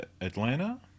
Atlanta